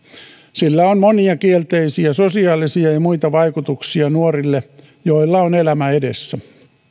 sillä on monia kielteisiä sosiaalisia ja ja muita vaikutuksia nuorille joilla on elämä edessä